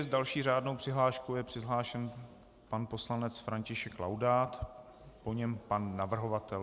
S další řádnou přihláškou je přihlášen pan poslanec František Laudát, po něm pan navrhovatel.